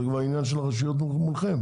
זה כבר עניין של הרשויות מולכם,